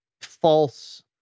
false